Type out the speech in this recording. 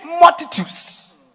multitudes